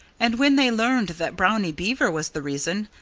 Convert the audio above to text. and when they learned that brownie beaver was the reason,